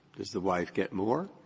does the wife get more?